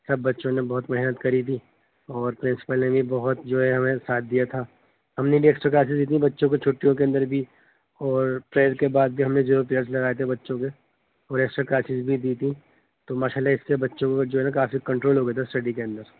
سب بچوں نے بہت محنت کری تھی اور پرنسپل نے بھی بہت جو ہے ہمیں ساتھ دیا تھا ہم نے بھی ایکسٹرا کلاسز دی تھیں بچوں کے چھٹیوں کے اندر بھی اور پئر کے بعد بھی ہم نے زیرو پیئرس لگائے تھے بچوں کے اور ایکسٹرا کلاسز بھی دی تھیں تو ماشاء اللہ اس کے بچوں کو جو ہے نا کافی کنٹرول ہو گئے تھا اسٹڈی کے اندر